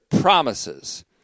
promises